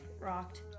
rocked